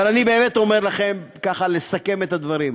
אבל אני באמת אומר לכם, ככה, לסכם את הדברים.